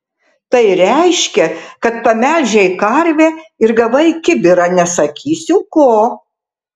tai reiškia kad pamelžei karvę ir gavai kibirą nesakysiu ko